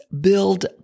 build